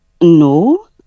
no